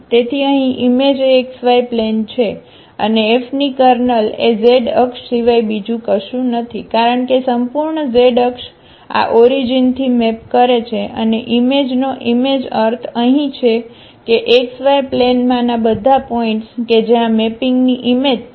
તેથી અહીં ઈમેજ એ xy પ્લેન છે અને F ની કર્નલ એ z અક્ષ સિવાય બીજું કશું નથી કારણ કે સંપૂર્ણ z અક્ષ આ ઓરિજિનથી મેપ કરે છે અને ઈમેજ નો ઈમેજ અર્થ અહીં છે કે XY પ્લેનમાંના બધા પોઇન્ટ્સ કે જે આ મેપિંગની ઈમેજ છે